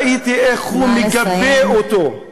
וראיתי איך הוא מגבה אותו.